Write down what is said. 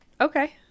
Okay